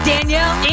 Danielle